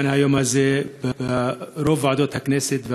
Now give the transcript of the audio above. היום הזה צוין ברוב ועדות הכנסת,